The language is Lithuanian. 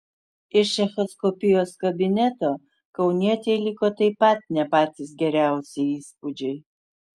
iš echoskopijos kabineto kaunietei liko taip pat ne patys geriausi įspūdžiai